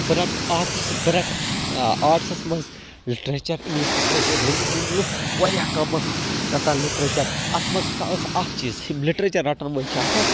بہٕ رَٹہٕ آٹٕس بہٕ رَٹہٕ آٹسَس منٛز لِٹریٚچَر اِنٛگلِش لِٹریٚچَر لُکھ واریاہ کَم ٲسۍ رَٹان لِٹریٚچَر اَتھ مَنٛز ہَسا ٲس اکھ چیٖز یِم لِٹریچَر رَٹَن وٲلۍ چھِ آسان